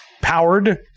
powered